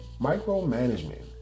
Micromanagement